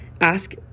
ask